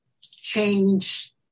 Change